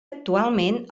actualment